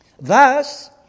Thus